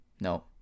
No